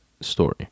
story